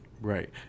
Right